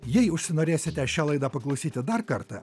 jei užsinorėsite šią laidą paklausyti dar kartą